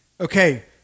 Okay